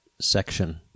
section